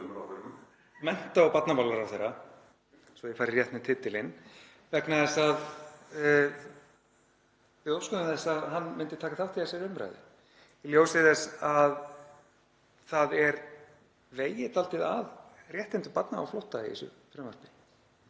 mennta- og barnamálaráðherra, svo ég fari rétt með titilinn, vegna þess að við óskuðum þess að hann myndi taka þátt í þessari umræðu í ljósi þess að það er vegið dálítið að réttindum barna á flótta í frumvarpinu.